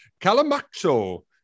Calamacho